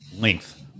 length